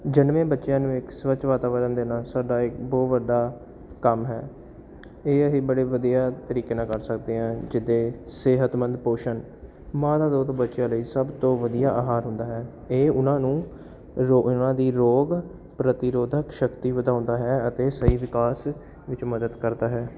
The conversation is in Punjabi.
ਜਨਮੇ ਬੱਚਿਆਂ ਨੂੰ ਇੱਕ ਸਵੱਛ ਵਾਤਾਵਰਣ ਦੇ ਨਾਲ ਸਾਡਾ ਇੱਕ ਬਹੁਤ ਵੱਡਾ ਕੰਮ ਹੈ ਇਹ ਅਸੀ ਬੜੇ ਵਧੀਆ ਤਰੀਕੇ ਨਾਲ ਕਰ ਸਕਦੇ ਹਾਂ ਜਿਹਦੇ ਸਿਹਤਮੰਦ ਪੋਸ਼ਣ ਮਾਂ ਦਾ ਦੁੱਧ ਬੱਚਿਆਂ ਲਈ ਸਭ ਤੋਂ ਵਧੀਆ ਆਹਾਰ ਹੁੰਦਾ ਹੈ ਇਹ ਉਹਨਾਂ ਨੂੰ ਉਹਨਾਂ ਦੀ ਰੋਗ ਪ੍ਰਤੀਰੋਧਕ ਸ਼ਕਤੀ ਵਧਾਉਂਦਾ ਹੈ ਅਤੇ ਸਹੀ ਵਿਕਾਸ ਵਿੱਚ ਮਦਦ ਕਰਦਾ ਹੈ